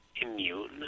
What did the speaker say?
immune